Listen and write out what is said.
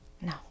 No